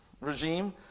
regime